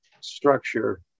structure